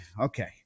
okay